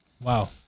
Wow